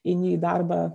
eini į darbą